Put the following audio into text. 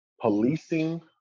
policing